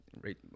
right